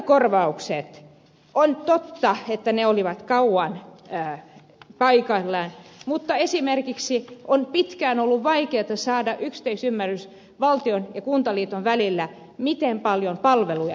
on totta että ne olivat kauan paikallaan mutta esimerkiksi on pitkään ollut vaikeata saada yhteisymmärrys valtion ja kuntaliiton välillä miten paljon palveluja tarvitaan